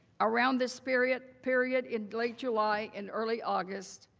around this period period in late july and early august,